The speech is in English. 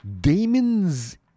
Damon's